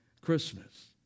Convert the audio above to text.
Christmas